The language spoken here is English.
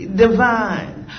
divine